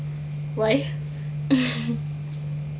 why